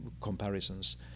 comparisons